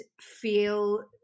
feel